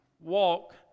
walk